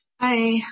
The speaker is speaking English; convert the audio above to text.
Hi